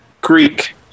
Greek